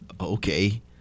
Okay